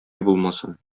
булмасын